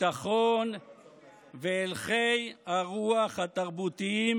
הביטחון והלכי הרוח התרבותיים,